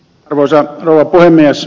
arvoisa rouva puhemies